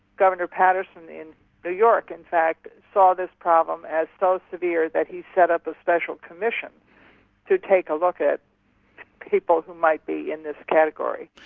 governor patterson in new york in fact, saw this problem as so severe that he set up a special commission to take a look at people who might be in this category.